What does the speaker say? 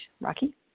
Rocky